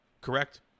Correct